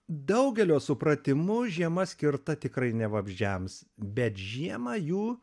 daugelio supratimu žiema skirta tikrai ne vabzdžiams bet žiemą jų